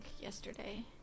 yesterday